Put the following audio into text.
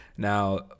Now